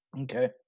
Okay